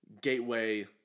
gateway